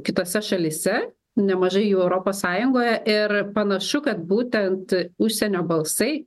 kitose šalyse nemažai jų europos sąjungoje ir panašu kad būtent užsienio balsai